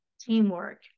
teamwork